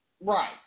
Right